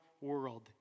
world